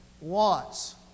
wants